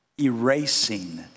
erasing